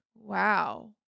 wow